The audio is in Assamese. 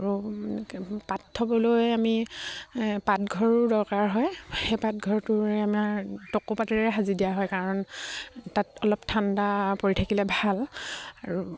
আৰু পাত থ'বলৈ আমি পাত ঘৰো দৰকাৰ হয় সেই পাতঘৰটোৱে আমাৰ টকোপাতেৰে সাজি দিয়া হয় কাৰণ তাত অলপ ঠাণ্ডা পৰি থাকিলে ভাল আৰু